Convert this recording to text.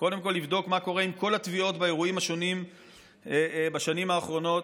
קודם כול לבדוק מה קורה עם כל התביעות באירועים השונים בשנים האחרונות,